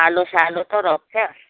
आलुसालु त रोप्छ